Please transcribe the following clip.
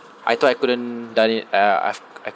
I thought I couldn't done it uh I've I